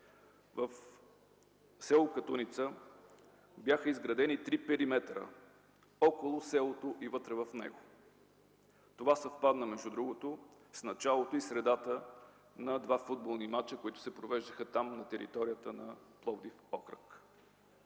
В с. Катуница бяха изградени три периметъра – около селото и вътре в него. Това съвпадна с началото и средата на два футболни мача, които се провеждаха там на територията на Пловдив окръг.